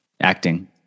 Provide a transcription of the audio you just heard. acting